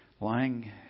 lying